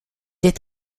est